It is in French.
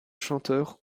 chanteur